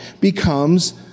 becomes